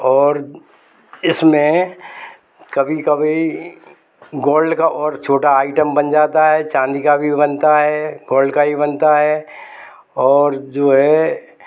और इसमें कभी कभी गोल्ड का और छोटा आइटम बन जाता है चांदी का भी बनता है गोल्ड का भी बनता है और जो है